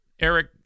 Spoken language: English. Eric